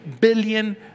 billion